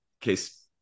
case